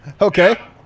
okay